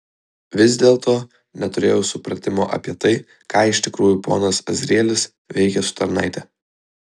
vis dėlto neturėjau supratimo apie tai ką iš tikrųjų ponas azrielis veikia su tarnaite